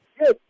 Yes